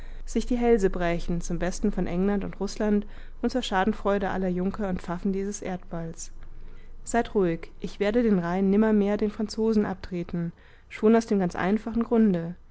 sich die hälse brächen zum besten von england und rußland und zur schadenfreude aller junker und pfaffen dieses erdballs seid ruhig ich werde den rhein nimmermehr den franzosen abtreten schon aus dem ganz einfachen grunde